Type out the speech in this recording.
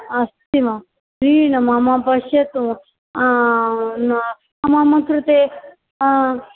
अस्ति न प्लीस् मम पश्यतु मम कृते